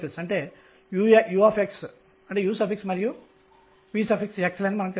మరియు మొదలైనవి మరియు n nn